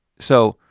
so,